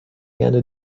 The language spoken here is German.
gerne